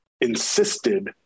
insisted